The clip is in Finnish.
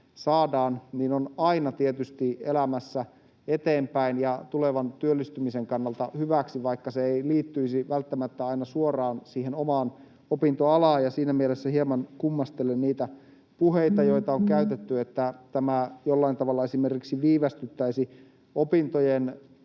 saadaan, on aina tietysti elämässä eteenpäin ja tulevan työllistymisen kannalta hyväksi, vaikka se ei liittyisi välttämättä aina suoraan siihen omaan opintoalaan. Ja siinä mielessä hieman kummastelen niitä puheita, joita on käytetty, että tämä jollain tavalla esimerkiksi viivästyttäisi opintojen